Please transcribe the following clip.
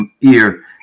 ear